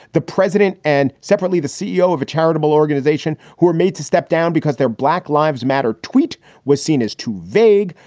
the president and separately the ceo of a charitable organization who were made to step down because their black lives matter tweet was seen as too vague.